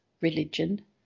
religion